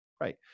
right